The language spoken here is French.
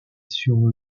sur